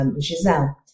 Giselle